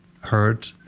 heard